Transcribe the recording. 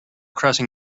crossing